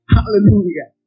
Hallelujah